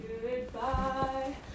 goodbye